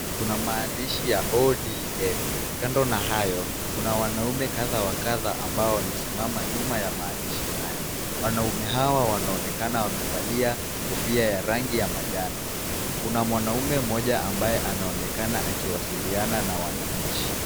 Kuna maandishi ya ODM. Kando na hayo kuna wanaume kadha wa kadha ambao wamesimama nyuma ya maandishi haya. Wanaume hawa wanaonekana wamevalia kofia ya rangi ya manjano. Kuna mwanaume mmoja ambaye anaonekana akiwasiliana na wananchi.